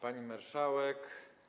Pani Marszałek!